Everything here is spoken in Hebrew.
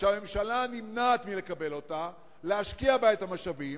שהממשלה נמנעת מלקבל אותה, להשקיע בה את המשאבים,